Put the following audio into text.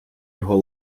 його